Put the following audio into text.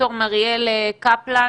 ד"ר מריאל קפלן,